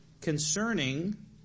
concerning